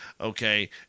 okay